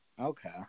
Okay